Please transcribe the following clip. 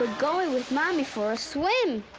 ah going with mommy for a swim.